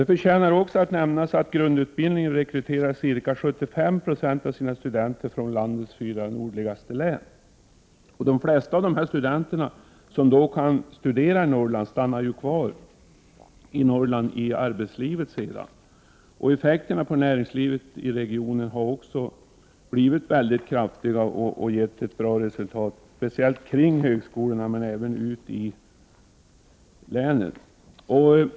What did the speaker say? Det förtjänar också att nämnas att grundutbildningen rekryterar ca 75 9o av sina studenter från landets fyra nordligaste län. De flesta av dem som kan studera i Norrland stannar sedan kvar i arbetslivet i Norrland. Effekterna på näringslivet i regionen har varit mycket kraftiga, speciellt omkring högskolorna men även ute i länen.